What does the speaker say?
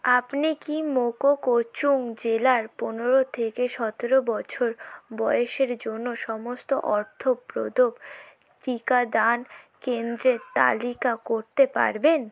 আপনি কি মোকোকচুং জেলার পনেরো থেকে সতেরো বছর বয়েসের জন্য সমস্ত অর্থপ্রদ টিকাদান কেন্দ্রের তালিকা করতে পারবেন